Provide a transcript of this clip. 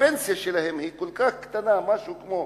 הפנסיה שלהם כל כך קטנה, משהו כמו